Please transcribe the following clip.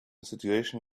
situation